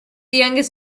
youngest